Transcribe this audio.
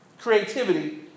Creativity